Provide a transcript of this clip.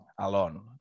alone